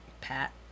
Pat